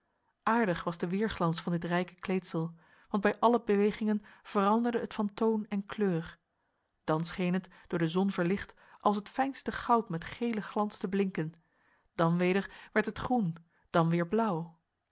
aardig was de weerglans van dit rijke kleedsel want bij alle bewegingen veranderde het van toon en kleur dan scheen het door de zon verlicht als het fijnste goud met gele glans te blinken dan weder werd het groen dan weer blauw